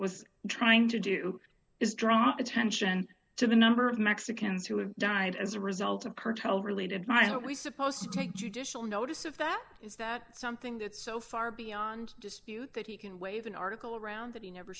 was trying to do is draw attention to the number of mexicans who have died as a result of cartel related might we supposed to take judicial notice of that is that something that's so far beyond dispute that he can wave an article around that he never